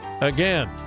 again